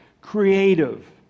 creative